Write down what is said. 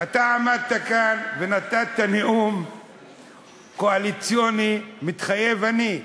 אתה עמדת כאן ונתת נאום קואליציוני: "מתחייב אני".